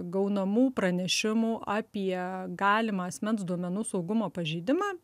gaunamų pranešimų apie galimą asmens duomenų saugumo pažeidimą